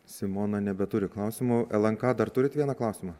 simona nebeturi klausimų lnk dar turit vieną klausimą